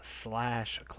slash